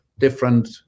different